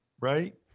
right